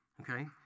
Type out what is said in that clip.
okay